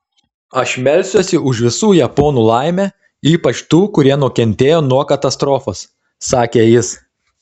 aš melsiuosi už visų japonų laimę ypač tų kurie nukentėjo nuo katastrofos sakė jis